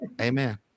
Amen